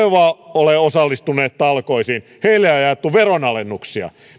ole osallistuneet talkoisiin heille on jaettu veronalennuksia